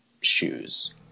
shoes